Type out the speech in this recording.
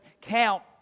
count